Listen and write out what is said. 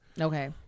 Okay